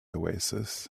oasis